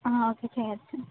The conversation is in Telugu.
ఓకే చేయవచ్చు